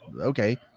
okay